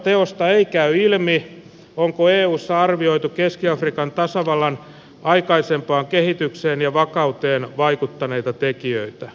selonteosta ei käy ilmi onko eussa arvioitu keski afrikan tasavallan aikaisempaan kehitykseen ja vakauteen vaikuttaneita tekijöitä